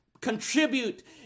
contribute